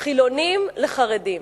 חילונים לחרדים.